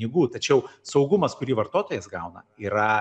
pinigų tačiau saugumas kurį vartotojas gauna yra